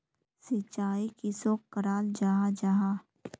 सिंचाई किसोक कराल जाहा जाहा?